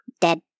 dead